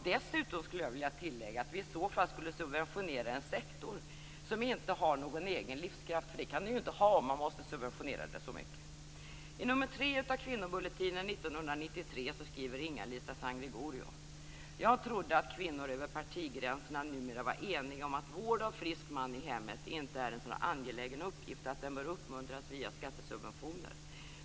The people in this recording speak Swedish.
Dessutom skulle jag vilja tillägga att vi i så fall skulle subventionera en sektor som inte har någon egen livskraft, för det kan den ju inte ha om man måste subventionera den så mycket. Lisa Sangregorio: "Jag trodde att kvinnor över partigränserna numera var eniga om att vård av frisk man i hemmet inte är en så angelägen uppgift att den bör uppmuntras via skattesubventioner.